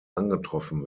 angetroffen